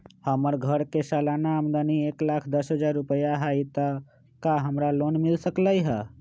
हमर घर के सालाना आमदनी एक लाख दस हजार रुपैया हाई त का हमरा लोन मिल सकलई ह?